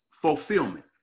Fulfillment